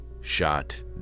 shot